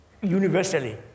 universally